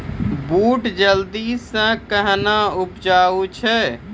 बूट जल्दी से कहना उपजाऊ छ?